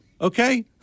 okay